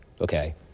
Okay